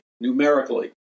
numerically